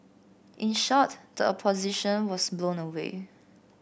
in short the Opposition was blown away